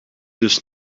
dus